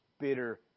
bitter